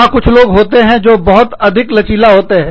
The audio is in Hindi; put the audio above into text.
वहां कुछ लोग होते हैं जो बहुत अधिक लचीला होते हैं